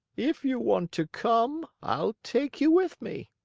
if you want to come, i'll take you with me.